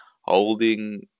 holding